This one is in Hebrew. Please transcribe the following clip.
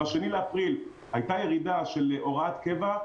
ב-2 באפריל הייתה ירידה של הוראת קבע,